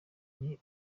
uri